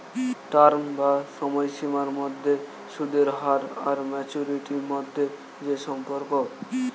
term বা সময়সীমার মধ্যে সুদের হার আর ম্যাচুরিটি মধ্যে যে সম্পর্ক